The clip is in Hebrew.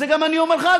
אני אומר לך,